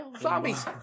Zombies